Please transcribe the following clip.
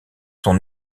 sont